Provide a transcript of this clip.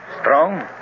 Strong